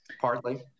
Partly